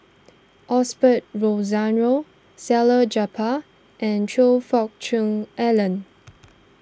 Osbert Rozario Salleh Japar and Choe Fook Cheong Alan